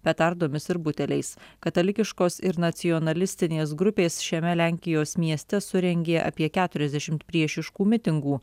petardomis ir buteliais katalikiškos ir nacionalistinės grupės šiame lenkijos mieste surengė apie keturiasdešimt priešiškų mitingų